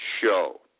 show